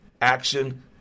Action